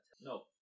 No